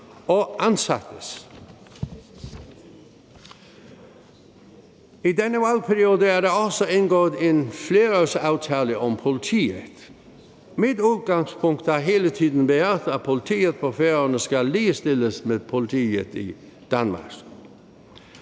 og ansattes. I denne valgperiode er der også indgået en flerårsaftale om politiet. Mit udgangspunkt har hele tiden været, at politiet på Færøerne skal ligestilles med politiet i Danmark.